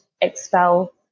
expel